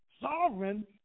sovereign